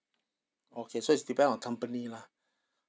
okay so it's depend on company lah